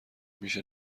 میشه